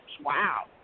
Wow